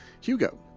Hugo